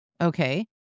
Okay